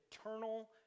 eternal